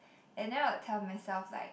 and then I would tell myself like